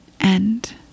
end